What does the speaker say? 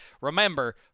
Remember